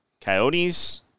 Coyotes